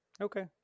Okay